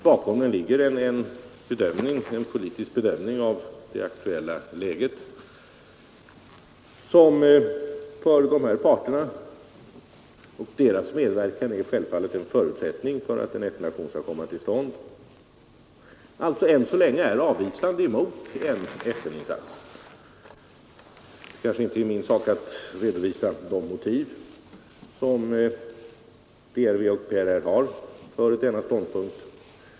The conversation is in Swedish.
Bakom den inställningen ligger en politisk bedömning av det aktuella läget, som gör att dessa båda parter — och deras medverkan är självfallet en förutsättning för att en FN-aktion skall komma till stånd — än så länge ställer sig avvisande till en FN-insats. Det kanske inte är min sak att redovisa och värdera de motiv som DRV och PRR har för denna ståndpunkt.